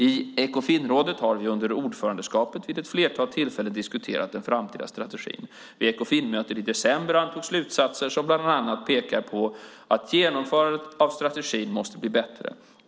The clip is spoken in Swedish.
I Ekofinrådet har vi under ordförandeskapet vid ett flertal tillfällen diskuterat den framtida strategin. Vid Ekofinmötet i december antogs slutsatser som bland annat pekar på att genomförandet av strategin måste bli bättre.